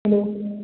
hello